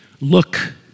look